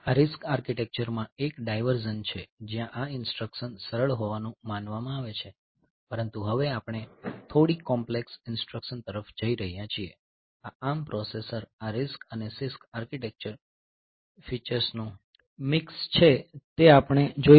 આ RISC આર્કિટેક્ચરમાં એક ડાયવર્ઝન છે જ્યાં આ ઈન્સ્ટ્રકશન સરળ હોવાનું માનવામાં આવે છે પરંતુ હવે આપણે થોડી કોમ્પ્લેક્સ ઈન્સ્ટ્રકશન તરફ જઈ રહ્યા છીએ આ ARM પ્રોસેસર આ RISC અને CISC આર્કિટેક્ચરલ ફીચર્સનું મિક્સ છે તે આપણે જોઈશું